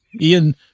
Ian